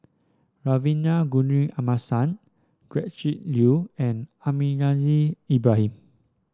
Kavignareru Amallathasan Gretchen Liu and Almahdi Al Haj Ibrahim